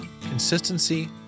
consistency